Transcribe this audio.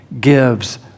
gives